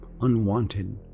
unwanted